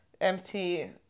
empty